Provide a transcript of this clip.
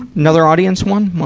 another audience one, while,